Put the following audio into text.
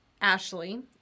Ashley